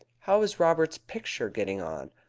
how is robert's picture getting on?